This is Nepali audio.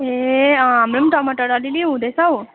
ए अँ हाम्रो पनि टमाटर अलिअलि हुँदैछ हौ